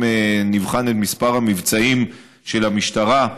אם נבחן את מספר המבצעים של המשטרה,